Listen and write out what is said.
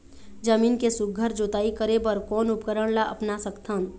जमीन के सुघ्घर जोताई करे बर कोन उपकरण ला अपना सकथन?